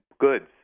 goods